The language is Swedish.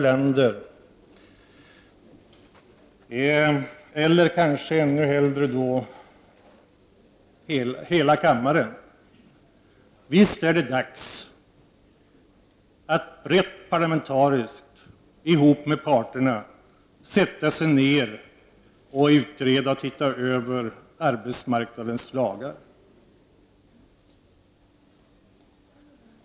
Låt mig till alla kammarens ledamöter säga, att visst är det dags att i en brett sammansatt parlamentarisk grupp tillsammans med parterna på arbetsmarknaden se över arbetsmarknadens lagar.